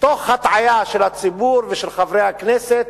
תוך הטעיה של הציבור ושל חברי הכנסת,